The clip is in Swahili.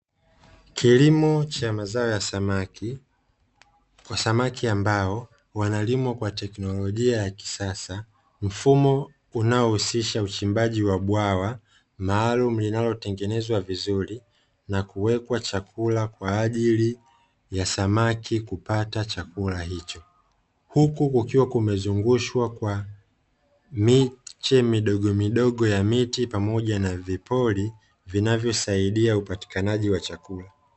Kilimo cha mazao ya samaki, kwa samaki ambao wanalimwa kwa teknolojia ya kisasa, mfumo unaohusisha uchimbaji wa bwawa maalumu linalotengenezwa vizuri na kuwekwa chakula kwa ajili ya samaki kupata chakula hicho, huku kukiwa kumezungushwa kwa miche midogo midogo ya miti pamoja na vipori vinavyosaidia upatikanaji wa chakula.